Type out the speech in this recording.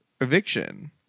eviction